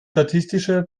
statistische